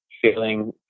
feeling